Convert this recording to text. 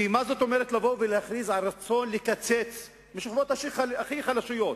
כי מה זאת אומרת לבוא ולהכריז על רצון לקצץ בשכבות הכי חלשות,